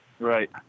Right